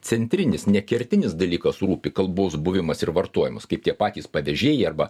centrinis ne kertinis dalykas rūpi kalbos buvimas ir vartojimas kaip tie patys pavežėjai arba